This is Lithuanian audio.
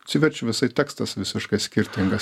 atsiverčiu visai tekstas visiškai skirtingas